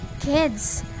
kids